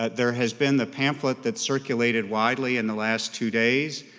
there has been the pamphlet that circulated widely in the last two days,